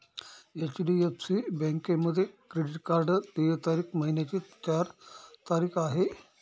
HDFC बँकेमध्ये credit card देय तारीख महिन्याची चार तारीख आहे